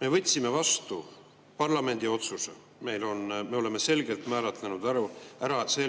Me võtsime parlamendis vastu otsuse ja oleme selgelt määratlenud – see